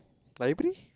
library